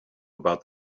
about